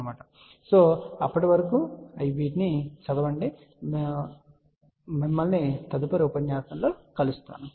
కాబట్టి అప్పటి వరకు అధ్యయనం చేయండి మరియు మిమ్మల్ని తదుపరి ఉపన్యాసంలో కలుస్తాను బై